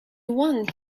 one